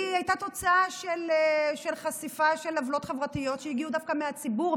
זו הייתה תוצאה של חשיפת עוולות חברתיות שהגיעו דווקא מהציבור,